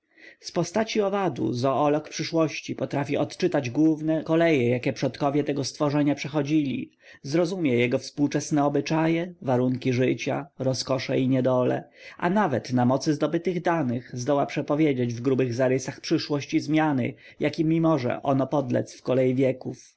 postaci owadu zoolog przyszłości potrafi odczytać główne koleje jakie przodkowie tego stworzenia przechodzili zrozumie jego współczesne obyczaje warunki życia rozkosze i niedole a nawet na mocy zdobytych danych zdoła przepowiedzieć w grubych zarysach przyszłość i zmiany jakim może ono podledz w kolei wieków